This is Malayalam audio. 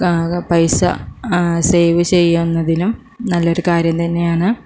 ആകെ പൈസ സേവ് ചെയ്യാവുന്നതിലും നല്ലൊരു കാര്യം തന്നെയാണ്